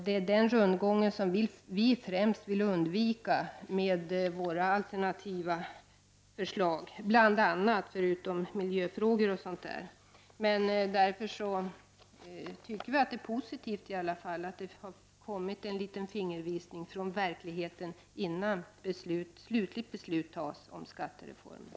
Det är denna rundgång som vi främst vill undvika med våra alternativa förslag. Därför tycker vi att det är positivt att det har kommit en liten fingervisning från verkligheten innan slutligt beslut skall fattas om skattereformen.